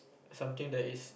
something that is